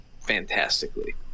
fantastically